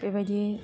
बेबायदि